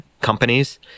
companies